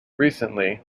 recently